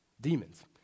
Demons